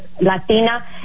Latina